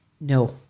No